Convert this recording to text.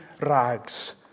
rags